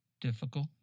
difficult